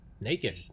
Naked